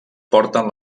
porten